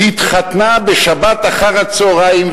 התחתנה בשבת אחר הצהריים,